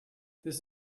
this